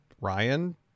ryan